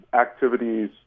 activities